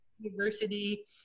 university